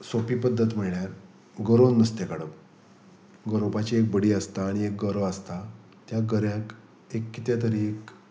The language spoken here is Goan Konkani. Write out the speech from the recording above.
सोपी पद्दत म्हळ्यार गोरोवन नुस्तें काडप गोरोवपाची एक बडी आसता आनी एक गरो आसता त्या गऱ्याक एक कितें तरी एक